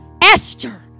Esther